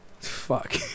Fuck